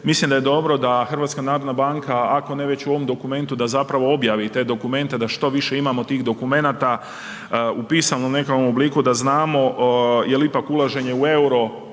Mislim da je dobro da HNB ako ne već u ovom dokumentu, da zapravo objavi te dokumente da što više imamo tih dokumenata upisanom nekakvom obliku da znamo jer ipak ulaženje u euro